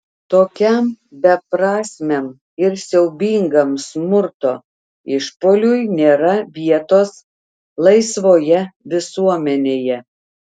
tokiam beprasmiam ir siaubingam smurto išpuoliui nėra vietos laisvoje visuomenėje